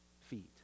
feet